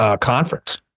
conference